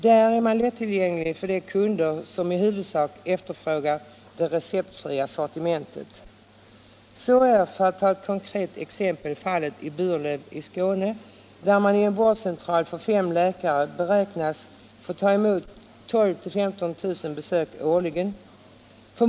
Där är de lättillgängliga för de kunder som i huvudsak efterfrågar det receptfria sortimentet. Så är — för att ta ett konkret exempel — fallet i Burlöv i Skåne, där man i en vårdcentral för fem läkare beräknas få ta emot 12 000-15 000 besök årligen.